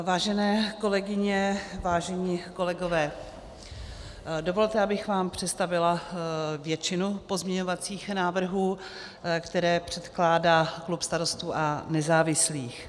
Vážené kolegyně, vážení kolegové, dovolte, abych vám představila většinu pozměňovacích návrhů, které předkládá klub Starostů a nezávislých.